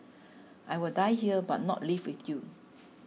I will die here but not leave with you